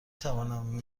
توانم